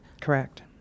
Correct